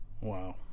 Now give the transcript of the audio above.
Wow